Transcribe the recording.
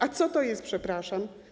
A co to jest, przepraszam?